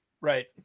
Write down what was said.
Right